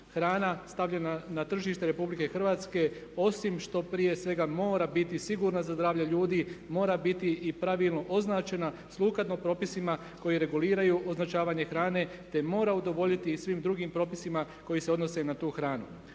Hrana stavljena na tržište Republike Hrvatske osim što prije svega mora biti sigurna za zdravlje ljudi mora biti i pravilno označena sukladno propisima koji reguliraju označavanje hrane, te mora udovoljiti i svim drugim propisima koji se odnose na tu hranu.